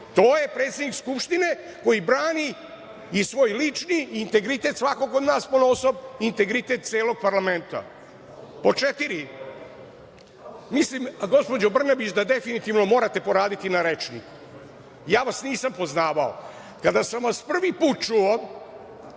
To je predsednik Skupštine koji brani i svoj lični i integritet svakog od nas ponaosob i integritet celog parlamenta. Pod četiri, mislim, gospođo Brnabić, da definitivno morate poraditi na rečniku. Ja vas nisam poznavao. Kada sam vas prvi put čuo,